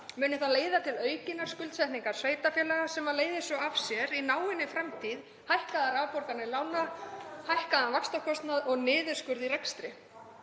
muni það leiða til aukinnar skuldsetningar sveitarfélaga sem leiðir svo af sér í náinni framtíð hækkaðar afborganir lána, hækkaðan vaxtakostnað og niðurskurð í rekstri.